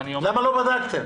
למה לא בדקתם?